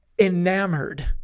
enamored